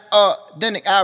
authentic